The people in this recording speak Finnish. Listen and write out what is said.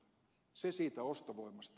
se siitä ostovoimasta